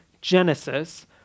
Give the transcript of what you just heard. Genesis